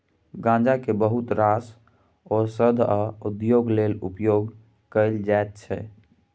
गांजा केँ बहुत रास ओषध आ उद्योग लेल उपयोग कएल जाइत छै